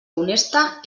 honesta